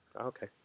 Okay